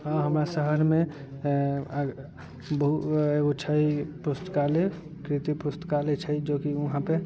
हँ हमरा शहरमे एगो छै पुस्तकालय कृति पुस्तकालय छै जेकि वहाँपर